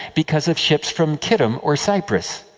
because of ships from kittim, or cyprus.